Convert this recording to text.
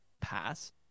pass